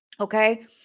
Okay